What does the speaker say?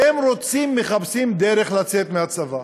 והם רוצים, מחפשים דרך לצאת מהצבא,